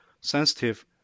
sensitive